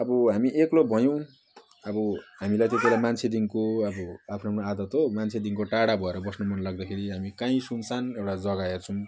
अब हामी एक्लो भयौँ अब हामीलाई देखेर मान्छेदेखिको अब आफ्नो आफ्नो आदत हो मान्छेदेखिको टाढा भएर बस्नु मनलाग्दाखेरि हामी काहीँ सुनसान एउटा जग्गा हेर्छौँ